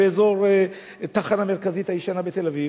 באזור התחנה המרכזית הישנה בתל-אביב.